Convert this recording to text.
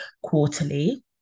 quarterly